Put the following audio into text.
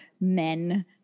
men